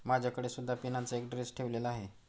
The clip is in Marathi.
माझ्याकडे सुद्धा पिनाचा एक ड्रेस ठेवलेला आहे